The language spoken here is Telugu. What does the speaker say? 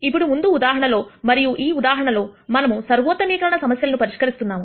ఇప్పుడు ముందు ఉదాహరణలో మరియు ఈ ఉదాహరణలో మనము సర్వోత్తమీకరణ సమస్యలను పరిష్కరిస్తున్నాము